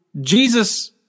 Jesus